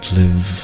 live